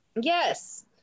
Yes